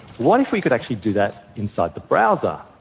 what if we could actually do that inside the browser?